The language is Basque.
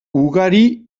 ugari